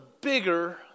bigger